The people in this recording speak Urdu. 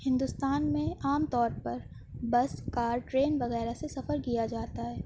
ہندوستان میں عام طور پر بس کار ٹرین وغیرہ سے سفر کیا جاتا ہے